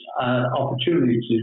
opportunities